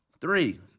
Three